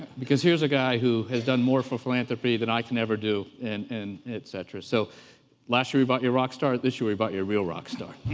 because here's a guy who has done more for philanthropy than i can ever do, and and etc. so last year we brought you a rock star. this year we brought you a real rock star.